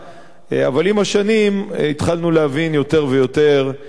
אבל עם השנים התחלנו להבין יותר ויותר את